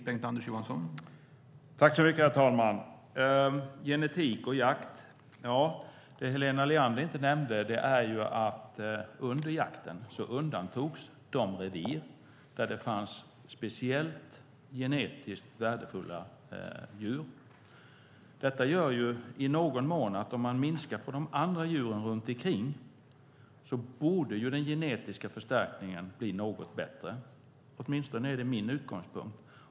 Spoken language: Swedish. Herr talman! Något som Helena Leander inte nämnde var att under jakten undantogs de revir där det fanns genetiskt speciellt värdefulla djur. Om man minskar antalet djur runt omkring borde den genetiska förstärkningen bli något bättre. Det är i alla fall min utgångspunkt.